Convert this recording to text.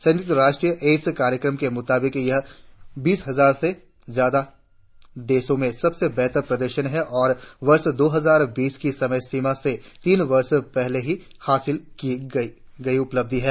संयुक्त राष्ट्र एडंस कार्यक्रम के मुताबिक यह बीस हजार से ज्यादा देशों में सबसे बेहतर प्रदर्शन है और वर्ष दो हजार बीस की समय सीमा से तीन वर्ष पहले ही हासिल की गयी उपलब्धि है